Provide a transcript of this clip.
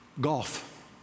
golf